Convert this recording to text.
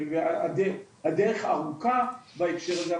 והדרך ארוכה בהקשר הזה.